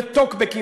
וטוקבקים,